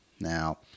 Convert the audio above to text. Now